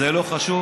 זה לא חשוב.